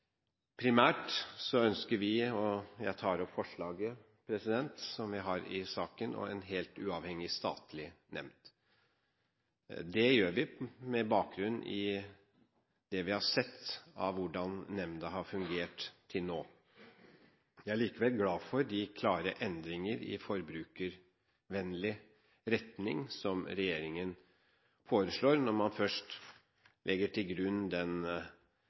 primært å få en helt uavhengig statlig nemnd. Det gjør vi med bakgrunn i det vi har sett av hvordan nemnden har fungert til nå. Jeg er likevel glad for de klare endringene i forbrukervennlig retning som regjeringen foreslår, når man først legger til grunn